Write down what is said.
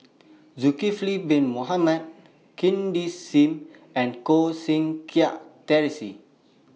Zulkifli Bin Mohamed Cindy SIM and Koh Seng Kiat Terence